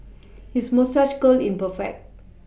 his moustache curl is perfect